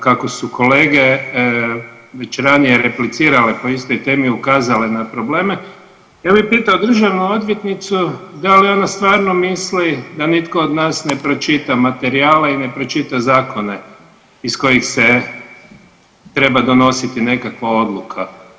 Kako su kolege već ranije replicirale po istoj temi i ukazale na probleme, ja bi pitao državnu odvjetnicu da li ona stvarno misli da nitko od nas ne pročita materijale i ne pročita zakone iz kojih se treba donositi nekakva odluka.